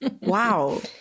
wow